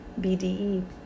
BDE